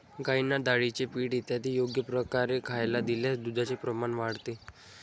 गाईंना डाळीचे पीठ इत्यादी योग्य प्रकारे खायला दिल्यास दुधाचे प्रमाण वाढते